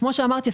כמו שאמרתי,